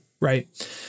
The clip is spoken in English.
Right